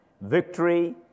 victory